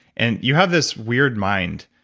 and you have this weird mind,